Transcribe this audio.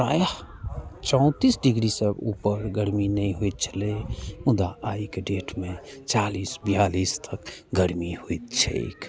प्रायः चौँतिस डिग्रीसँ उपर गर्मी नहि होइत छलै मुदा आइके डेटमे चालिस बिआलिस तक गर्मी होइत छै